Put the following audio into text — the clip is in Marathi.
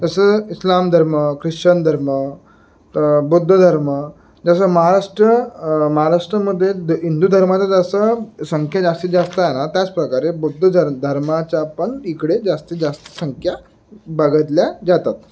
जसं इस्लाम धर्म ख्रिश्चन धर्म बुद्ध धर्म जसं महाराष्ट्र महाराष्ट्रमध्ये हिंदूधर्माचा जसं संख्या जास्तीत जास्त आ ना त्याचप्रकारे बुद्धधर्माच्या पण इकडे जास्तीत जास्त संख्या बघितल्या जातात